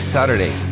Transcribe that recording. Saturday